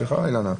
סליחה רגע,